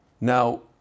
Now